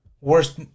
Worst